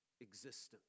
existence